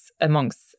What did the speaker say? amongst